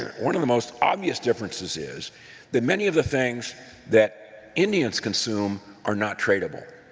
one of the most obvious differences is that many of the things that indians consume are not tradable.